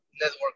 network